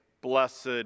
Blessed